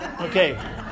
Okay